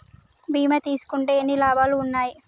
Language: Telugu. బీమా తీసుకుంటే ఎన్ని లాభాలు ఉన్నాయి?